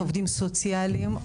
עובדים סוציאליים,